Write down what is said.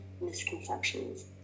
misconceptions